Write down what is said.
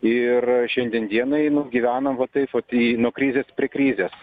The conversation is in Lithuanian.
ir šiandien dienai nu gyvenam va taip vat nuo krizės prie krizės